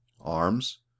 arms